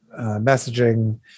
messaging